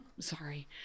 Sorry